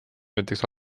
näiteks